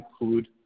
include